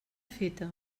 feta